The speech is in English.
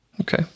Okay